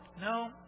No